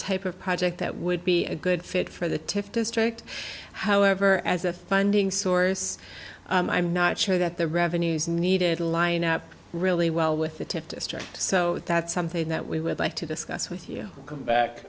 type of project that would be a good fit for the tiff district however as a funding source i'm not sure that the revenues needed to line up really well with the tip district so that's something that we would like to discuss with you come back